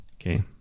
Okay